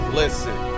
listen